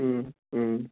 उम उम